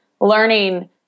learning